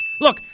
Look